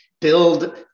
build